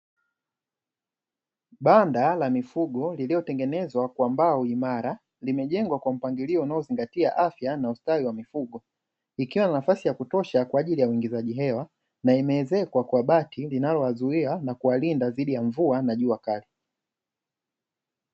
Banda la mifugo lililotengenezwa kwa mbao imara, limejengwa kwa mpangilio unaozingatia afya na ustawi wa mifugo, likiwa na nafasi ya kutosha kwa ajili ya uingizaji hewa, na imeezekwa kwa bati linalowazuia na kuwalinda na mvua na jua kali.